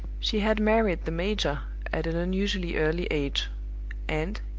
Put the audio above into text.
she had married the major at an unusually early age and,